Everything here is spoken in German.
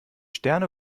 sterne